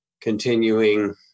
continuing